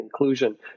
inclusion